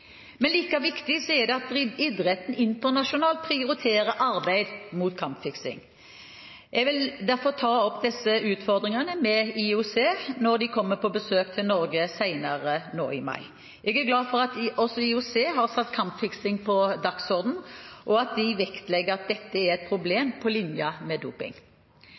Men like viktig er det at idretten internasjonalt prioriterer arbeidet mot kampfiksing. Jeg vil derfor ta opp disse utfordringene med IOC når de kommer på besøk til Norge senere i mai. Jeg er glad for at også IOC har satt kampfiksing på dagsordenen, og at de vektlegger at dette er et problem på linje med doping.